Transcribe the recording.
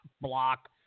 Block